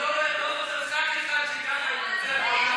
לא, הכול בסדר.